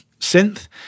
synth